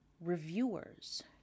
reviewers